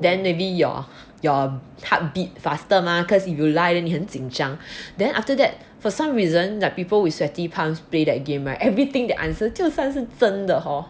then maybe your your heart beat faster mah cause if you lie 你很紧张 then after that for some reason like people with sweaty palms play that game right everything they answer 就算是真的 hor